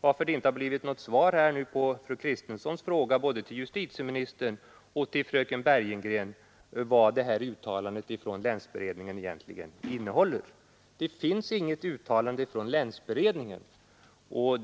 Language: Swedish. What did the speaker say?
varför det inte har givits något svar på fru Kristenssons fråga till både justitieministern och till fröken Bergegren rörande vad beredningens uttalande egentligen innehåller. Det finns inget uttalande från länsberedningen.